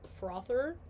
frother